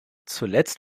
zuletzt